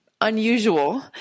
unusual